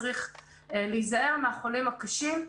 צריך להיזהר מהחולים הקשים,